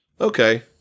okay